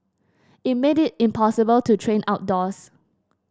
it made it impossible to train outdoors